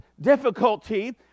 difficulty